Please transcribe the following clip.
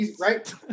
right